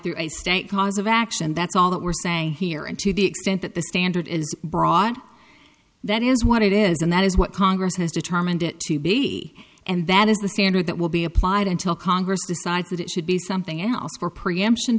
through a state cause of action that's all that we're saying here and to the extent that the standard is broad that is what it is and that is what congress has determined it to be and that is the standard that will be applied until congress decides that it should be something else for preemption